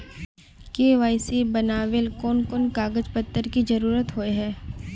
KYC बनावेल कोन कोन कागज पत्र की जरूरत होय है?